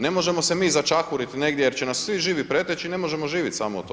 Ne možemo se mi začahuriti negdje jer će nas svi živi preteći i ne možemo živit samo od toga.